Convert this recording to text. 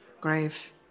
grave